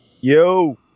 Yo